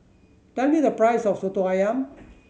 tell me the price of Soto Ayam